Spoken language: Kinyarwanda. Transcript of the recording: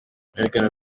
biganiro